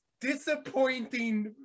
disappointing